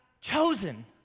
chosen